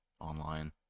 online